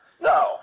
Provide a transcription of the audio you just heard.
No